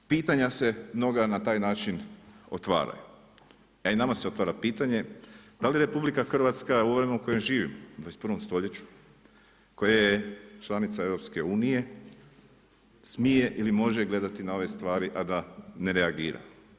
Pitanje se mnoga na taj način otvaraju, a i nama se otvara pitanje da li RH u vremenu u kojem živimo u 21. stoljeću, koja je članica EU-a, smije ili može gledati na ove stvari a da ne reagira?